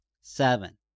Seven